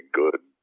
good